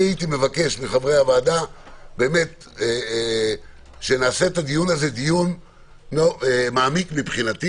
הייתי מבקש מחברי הוועדה שנעשה את הדיון הזה דיון מעמיק מבחינתי